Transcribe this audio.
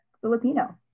Filipino